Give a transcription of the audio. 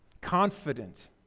confident